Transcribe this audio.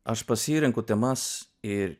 aš pasirenku temas ir